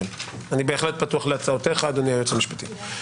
אני בהחלט פתוח להצעותיך אדוני היועץ המשפטי.